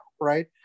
right